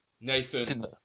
nathan